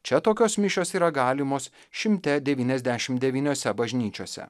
čia tokios mišios yra galimos šimte devyniasdešimt deyniose bažnyčiose